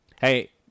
Hey